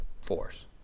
force